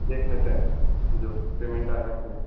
देख लेते हैं जो पेमेन्ट आया कि नहीं